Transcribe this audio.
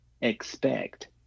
expect